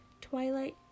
Twilight